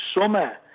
summer